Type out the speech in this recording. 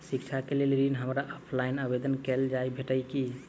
शिक्षा केँ लेल ऋण, हमरा ऑफलाइन आवेदन कैला सँ भेटतय की?